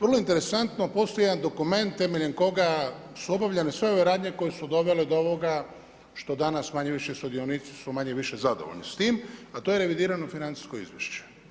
Vrlo interesantno, postoji jedan dokument temeljem koga su obavljene sve ove radnje koje su dovele do ovoga što danas su manje-više sudionici su manje-više zadovoljni s tim, a to je revidirano financijsko izvješće.